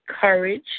courage